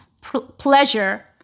pleasure